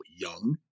young